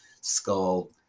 Skull